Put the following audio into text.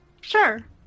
sure